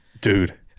dude